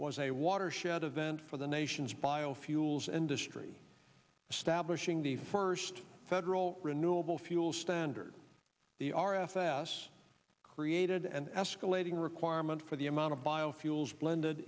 was a watershed event for the nation's biofuels and history stablish ing the first federal renewable fuel standard the r f s created an escalating requirement for the amount of biofuels blended